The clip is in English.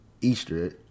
Easter